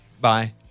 Bye